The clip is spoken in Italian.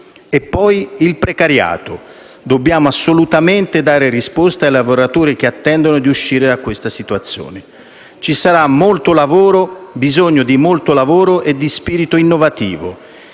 tema del precariato, dobbiamo assolutamente dare risposta ai lavoratori che attendono di uscire da questa situazione. Ci sarà bisogno di molto lavoro e spirito innovativo